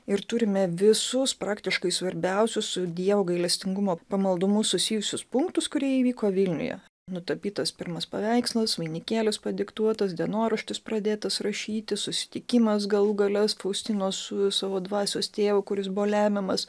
ir turime visus praktiškai svarbiausius su dievo gailestingumo pamaldumu susijusius punktus kurie įvyko vilniuje nutapytas pirmas paveikslas vainikėlis padiktuotas dienoraštis pradėtas rašyti susitikimas galų gale faustinos su savo dvasios tėvu kuris buvo lemiamas